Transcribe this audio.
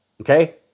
Okay